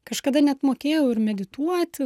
kažkada net mokėjau ir medituoti